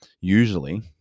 Usually